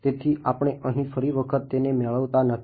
તેથી આપણે અહી ફરી વખત તેને મેળવતા નથી